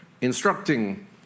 instructing